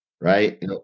right